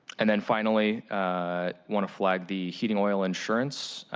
and then finally, i want to flag the heating oil insurance.